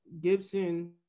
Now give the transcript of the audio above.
Gibson